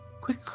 quick